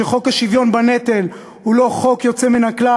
שחוק השוויון בנטל הוא לא חוק יוצא מן הכלל?